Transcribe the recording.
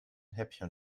häppchen